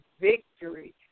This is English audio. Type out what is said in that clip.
victory